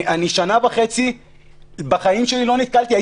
בחיים שלי לא נתקלתי.